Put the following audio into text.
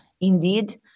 Indeed